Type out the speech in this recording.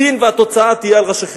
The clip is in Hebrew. הדין והתוצאה יהיו על ראשכם.